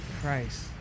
Christ